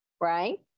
right